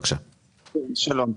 שלום.